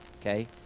okay